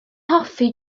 hoffi